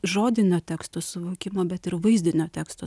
žodinio teksto suvokimo bet ir vaizdinio teksto